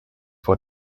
vor